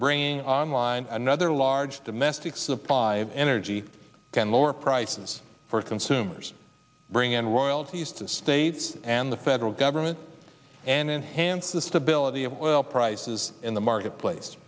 bringing online another large domestic supply of energy can lower prices for consumers bring in royalties to states and the federal government and enhance the stability of oil prices in the marketplace